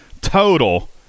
total